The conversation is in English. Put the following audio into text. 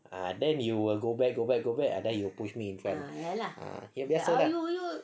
ah then you will go back go back go back and then you won't be in front